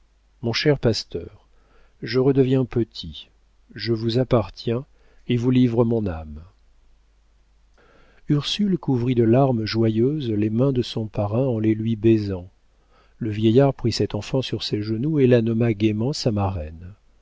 mon cher pasteur je redeviens petit je vous appartiens et vous livre mon âme ursule couvrit de larmes joyeuses les mains de son parrain en les lui baisant le vieillard prit cette enfant sur ses genoux et la nomma gaiement sa marraine